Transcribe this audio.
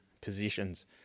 positions